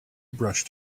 brushed